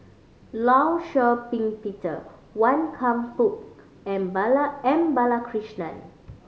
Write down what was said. Law Shau Ping Peter Wan Kam Fook and M Balakrishnan